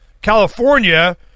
California